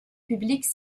publique